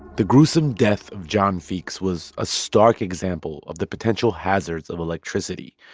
the gruesome death of john feeks was a stark example of the potential hazards of electricity,